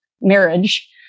marriage